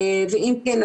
ואם כן,